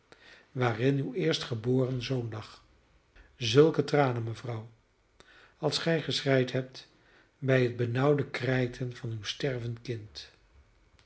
waarin uw eerstgeboren zoon lag zulke tranen mevrouw als gij geschreid hebt bij het benauwde krijten van uw stervend kind